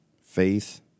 Faith